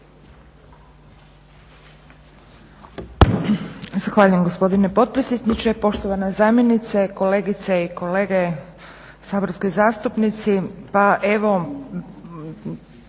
Zahvaljujem gospodine potpredsjedniče. Poštovana zamjenice, kolegice i kolege saborski zastupnici.